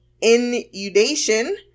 inundation